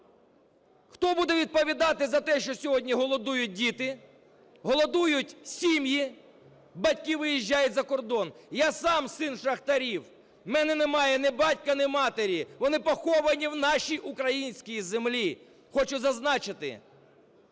Хто буде відповідати за те, що сьогодні голодують діти, голодують сім'ї, батьки виїжджають за кордон? Я сам син шахтарів. У мене немає ні батька, ні матері, вони поховані в нашій українській землі, хочу зазначити.